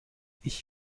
ich